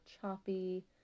choppy